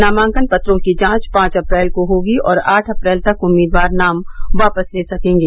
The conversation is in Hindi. नामांकन पत्रों की जाच पांच अप्रैल को होगी और आठ अप्रैल तक उम्मीदवार नाम वापस ले सकेंगे